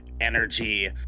Energy